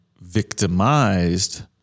victimized